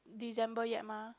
December yet mah